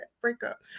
breakup